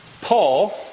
Paul